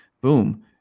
boom